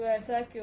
तो ऐसा क्यों